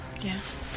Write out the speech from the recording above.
Yes